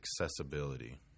accessibility